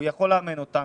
והוא יכול לאמן אותה.